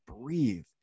breathe